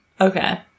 Okay